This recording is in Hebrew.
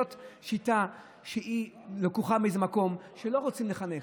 זאת שיטה שלקוחה מאיזה מקום של אנשים שלא רוצים לחנך,